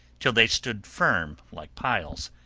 till they stood firm like piles,